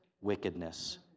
wickedness